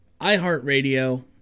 iHeartRadio